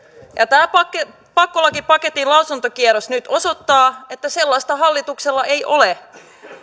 tämä pakkolakipaketin lausuntokierros nyt osoittaa että sellaista hallituksella ei ole